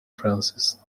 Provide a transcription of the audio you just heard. francis